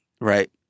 Right